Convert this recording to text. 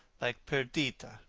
like perdita,